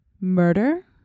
Murder